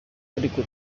ariko